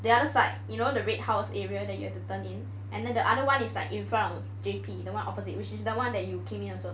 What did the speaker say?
the other side you know the red house area that you have to turn in and then the other one is like in front of J_P the one opposite which is the one that you came in also